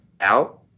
out